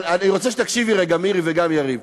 אבל אני רוצה שתקשיבו רגע, מירי וגם יריב.